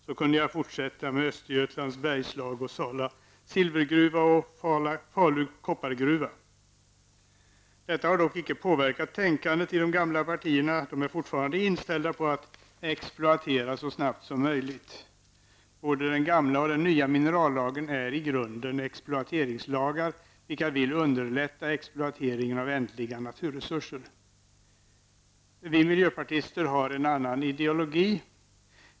Så kunde jag fortsätta med Östergötlands bergslag, Sala silvergruva och Falu koppargruva. Detta har dock inte påverkat tänkandet i de gamla partierna -- de är fortfarande inställda på att exploatera så snabbt som möjligt. Både den gamla och nya minerallagen är i grunden exploateringslagar, som syftar till att underlätta exploateringen av ändliga naturresurser. Vi miljöpartister har en annan ideologi.